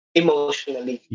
emotionally